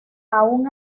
aun